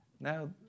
Now